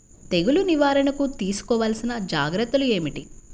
తెగులు నివారణకు తీసుకోవలసిన జాగ్రత్తలు ఏమిటీ?